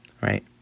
Right